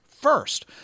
first